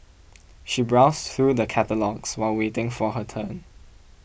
she browsed through the catalogues while waiting for her turn